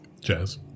Jazz